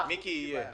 מיקי, זה יהיה.